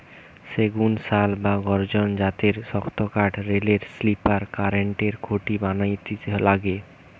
সেগুন, শাল বা গর্জন জাতের শক্তকাঠ রেলের স্লিপার, কারেন্টের খুঁটি বানাইতে লাগে